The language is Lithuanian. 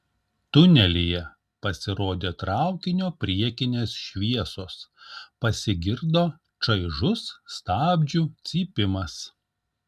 tunelyje pasirodė traukinio priekinės šviesos pasigirdo šaižus stabdžių cypimas